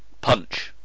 punch